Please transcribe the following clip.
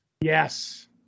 yes